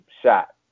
shot